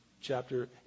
chapter